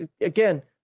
again